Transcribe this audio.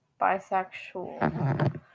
bisexual